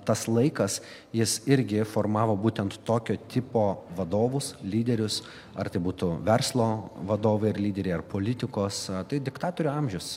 tas laikas jis irgi formavo būtent tokio tipo vadovus lyderius ar tai būtų verslo vadovai ir lyderiai ar politikos tai diktatorių amžius